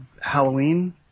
Halloween